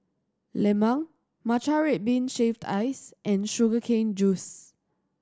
lemang matcha red bean shaved ice and sugar cane juice